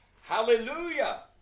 Hallelujah